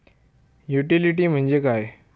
Utility म्हणजे काय?